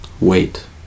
wait